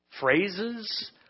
phrases